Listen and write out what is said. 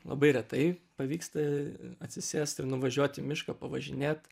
labai retai pavyksta atsisėst ir nuvažiuot į mišką pavažinėt